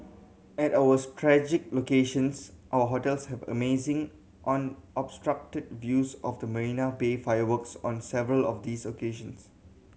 at our strategic locations our hotels have amazing unobstructed views of the Marina Bay fireworks on several of these occasions